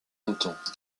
longtemps